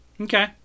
Okay